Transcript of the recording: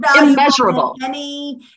immeasurable